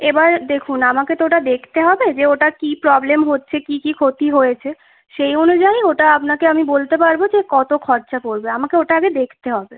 এবার দেখুন আমাকে তো ওটা দেখতে হবে যে ওটা কী প্রবলেম হচ্ছে কী কী ক্ষতি হয়েছে সেই অনুযায়ী ওটা আপনাকে আমি বলতে পারবো যে কতো খরচা পড়বে আমাকে ওটা আগে দেখতে হবে